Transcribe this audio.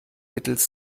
mittels